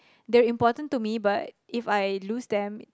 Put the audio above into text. they're important to me but If I lose them